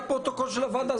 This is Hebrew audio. זה בפרוטוקול של הוועדה.